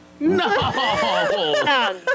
No